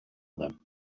them